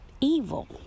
evil